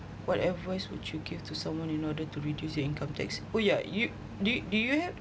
what advice would you give to someone in order to reduce your income tax oh yeah you do do you have